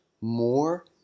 more